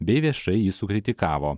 bei viešai jį sukritikavo